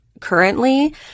currently